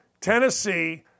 Tennessee